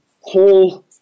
whole